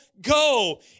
go